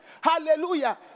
hallelujah